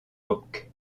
hoc